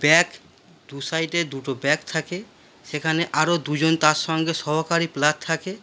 back দু সাইডে দুটো ব্যাক থাকে সেখানে আরও দুজন তার সঙ্গে সহকারী প্লেয়ার থাকে